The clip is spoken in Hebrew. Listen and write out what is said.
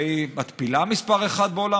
והיא מתפילה מספר אחת בעולם.